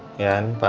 and